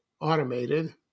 automated